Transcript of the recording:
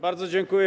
Bardzo dziękuję.